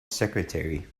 secretary